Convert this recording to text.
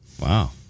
wow